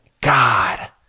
God